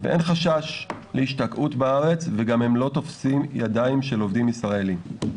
ואין חשש להשתקעות בארץ והם גם לא תופסים ידיים של עובדים ישראליים.